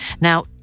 Now